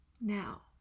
Now